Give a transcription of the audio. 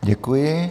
Děkuji.